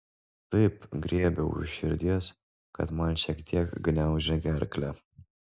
taip griebia už širdies kad man šiek tiek gniaužia gerklę